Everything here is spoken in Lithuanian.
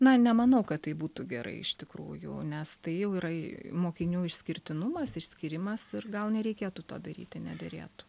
na nemanau kad tai būtų gerai iš tikrųjų nes tai jau yra mokinių išskirtinumas išskyrimas ir gal nereikėtų to daryti nederėtų